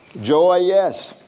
joy, yes.